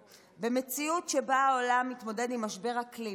במציאות שבה העולם מתמודד עם משבר אקלים,